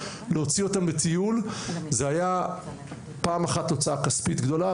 להוציא אותם לטיול זה היה פעם אחת הוצאה כספית גדולה,